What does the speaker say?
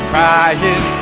Crying